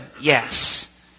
Yes